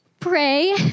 pray